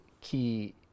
key